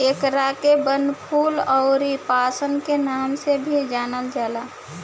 एकरा के वनफूल अउरी पांसे के नाम से भी जानल जाला